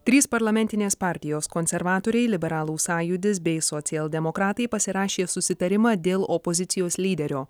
trys parlamentinės partijos konservatoriai liberalų sąjūdis bei socialdemokratai pasirašė susitarimą dėl opozicijos lyderio